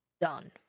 done